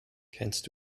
kennst